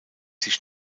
sich